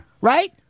Right